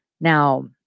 Now